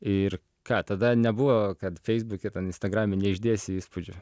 ir ką tada nebuvo kad feisbuke instagrame neišdėsi įspūdžio